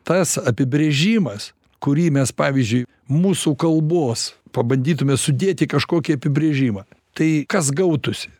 tas apibrėžimas kurį mes pavyzdžiui mūsų kalbos pabandytume sudėti į kažkokį apibrėžimą tai kas gautųsi